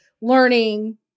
learning